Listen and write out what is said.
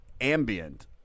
ambient